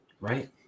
Right